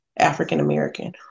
african-american